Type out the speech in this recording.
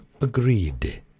Agreed